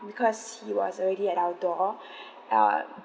because he was already at our door uh